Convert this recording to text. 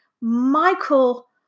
Michael